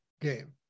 game